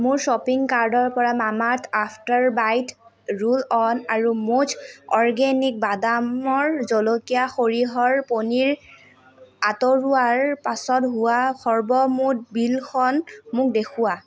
মোৰ শ্বপিং কাৰ্টৰ পৰা Mamaearth after bite roll on আৰু মুজ অৰ্গেনিক বাদামৰ জলকীয়া সৰিয়হৰ পনীৰ আঁতৰোৱাৰ পাছত হোৱা সৰ্বমুঠ বিলখন মোক দেখুওৱা